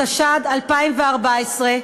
התשע"ד 2014,